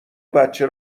بچه